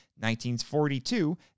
1942